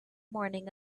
morning